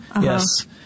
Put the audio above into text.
Yes